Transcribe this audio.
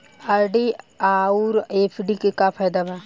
RD आउर FD के का फायदा बा?